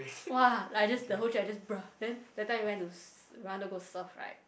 !wah! like just the whole trip I just bre then that time we went to s~ we want to go surf right